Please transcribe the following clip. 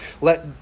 Let